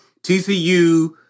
TCU